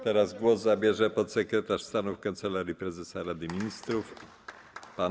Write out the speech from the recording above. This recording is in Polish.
Teraz głos zabierze podsekretarz stanu w Kancelarii Prezesa Rady Ministrów pan